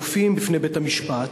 מופיעים בפני בית-המשפט,